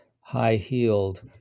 high-heeled